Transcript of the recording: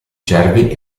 cervi